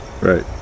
right